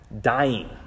Dying